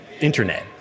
Internet